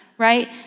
right